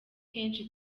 kenshi